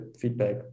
feedback